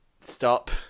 Stop